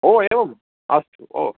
ओ एवम् अस्तु ओ